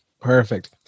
Perfect